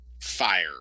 fire